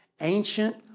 ancient